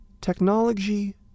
Technology